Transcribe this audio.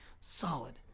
solid